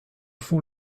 font